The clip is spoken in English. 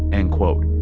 end quote.